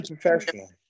professional